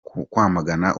kwamagana